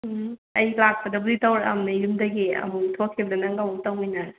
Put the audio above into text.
ꯑꯩ ꯂꯥꯛꯄꯗꯕꯨꯗꯨ ꯇꯧꯔꯛꯑꯝꯅꯦ ꯌꯨꯝꯗꯒꯤ ꯑꯃꯨꯛ ꯊꯣꯛꯈꯤꯕꯗ ꯅꯪꯒ ꯑꯃꯨꯛ ꯇꯧꯃꯤꯟꯅꯔꯁꯦ